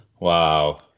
Wow